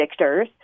predictors